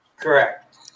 Correct